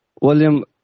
William